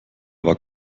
war